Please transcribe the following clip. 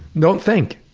don't think.